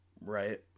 Right